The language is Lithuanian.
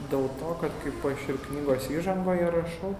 dėl to kad kaip aš ir knygos įžangoje rašau